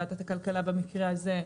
ועדת הכלכלה במקרה הזה,